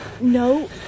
No